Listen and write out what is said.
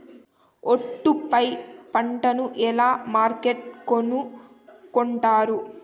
ఒట్టు పై పంటను ఎలా మార్కెట్ కొనుక్కొంటారు?